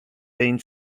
één